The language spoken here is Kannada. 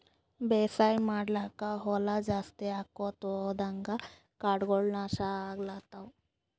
ಬೇಸಾಯ್ ಮಾಡ್ಲಾಕ್ಕ್ ಹೊಲಾ ಜಾಸ್ತಿ ಆಕೊಂತ್ ಹೊದಂಗ್ ಕಾಡಗೋಳ್ ನಾಶ್ ಆಗ್ಲತವ್